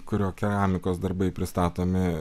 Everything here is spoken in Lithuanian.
kurio keramikos darbai pristatomi